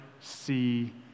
see